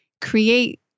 create